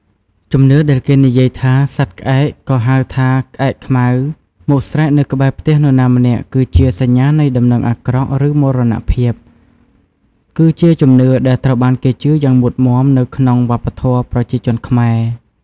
ជំនឿដែលគេនិយាយថា សត្វក្អែកក៏ហៅថា ក្អែកខ្មៅមកស្រែកនៅក្បែរផ្ទះនរណាម្នាក់ គឺជាសញ្ញានៃដំណឹងអាក្រក់ ឬមរណភាព គឺជាជំនឿដែលត្រូវបានគេជឿយ៉ាងមុតមាំនៅក្នុងវប្បធម៌ប្រជាជនខ្មែរ។